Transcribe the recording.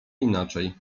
inaczej